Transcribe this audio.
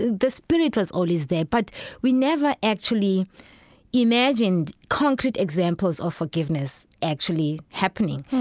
the spirit was always there, but we never actually imagined concrete examples of forgiveness actually happening.